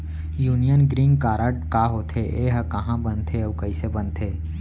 Union green card का होथे, एहा कहाँ बनथे अऊ कइसे बनथे?